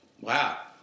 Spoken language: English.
Wow